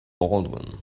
baldwin